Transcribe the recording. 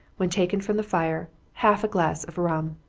when taken from the fire, half a glass of rum.